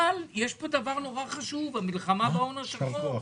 בגלל הדבר החשוב של המלחמה בהון השחור,